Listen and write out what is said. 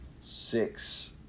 six